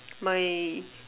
my